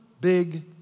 big